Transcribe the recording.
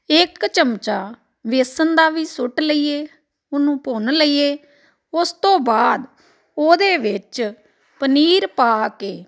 ਇਕ ਚਮਚਾ ਵੇਸਣ ਦਾ ਵੀ ਸੁੱਟ ਲਈਏ ਉਹਨੂੰ ਭੁੰਨ ਲਈਏ ਉਸ ਤੋਂ ਬਾਅਦ ਉਹਦੇ ਵਿੱਚ ਪਨੀਰ ਪਾ ਕੇ